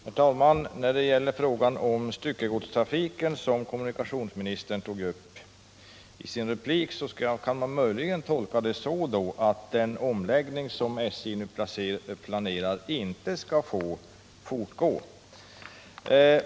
Herr talman! Beträffande spörsmålet om styckegodstrafiken, som kommunikationsministern tog upp i sin replik, vill jag fråga om jag möjligen får tolka det så, att den omläggning som SJ nu planerar inte skall få fortsätta.